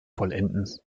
vollenden